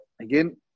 Again